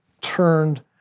turned